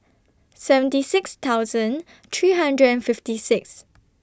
seventy six thousand three hundred and fifty six